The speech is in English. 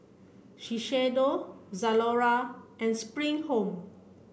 Shiseido Zalora and Spring Home